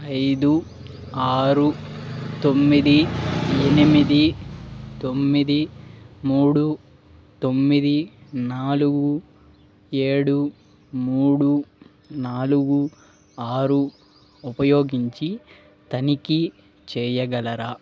ఐదు ఆరు తొమ్మిది ఎనిమిది తొమ్మిది మూడు తొమ్మిది నాలుగు ఏడు మూడు నాలుగు ఆరు ఉపయోగించి తనిఖీ చెయ్యగలరా